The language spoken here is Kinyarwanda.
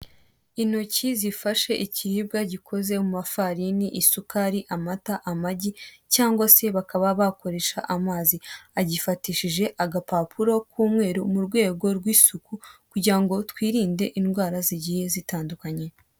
Intoki zifashe ikiribwa gikozwe mu mafarini, isukari, amata, amagi cyangwa se bakaba bakoresha amazi. Agifatishije agapapuro k'umweru mu rwego rw'isuku kugira ngo twirinde indwara zigiye zitandukanye.